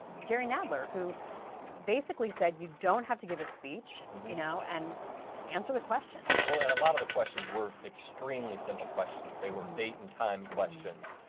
jerry nadler who basically said you don't have to give a speech, you know and answer the question. will and a lot of the questions were extremely simple questions, they were date and time questions.